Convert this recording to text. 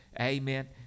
Amen